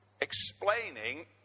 explaining